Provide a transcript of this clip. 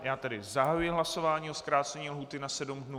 Já zahajuji hlasování o zkrácení lhůty na sedm dnů.